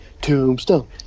tombstone